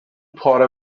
پاره